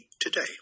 today